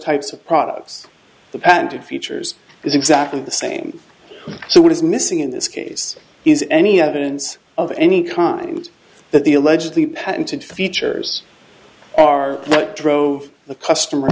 types of products the patented features is exactly the same so what is missing in this case is any evidence of any kind that the allegedly patented features are what drove the customer